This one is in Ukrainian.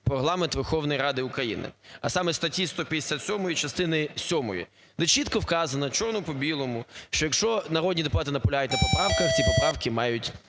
Регламент Верховної Ради України", а саме: статті 157 частини сьомої, де чітко вказано чорним по білому, що якщо народні депутати наполягають на поправках, ці поправки мають